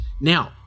Now